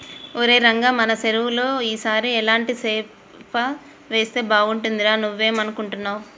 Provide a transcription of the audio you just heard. ఒరై రంగ మన సెరువులో ఈ సారి ఎలాంటి సేప వేస్తే బాగుంటుందిరా నువ్వేం అనుకుంటున్నావ్